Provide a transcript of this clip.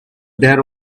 there